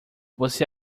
você